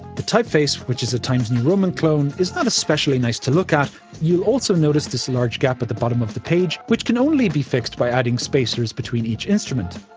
the typeface, which is a times new roman clone, is not especially nice to look at. you'll also notice this large gap at the bottom of the page, which can only be fixed by adding spacers between each instrument.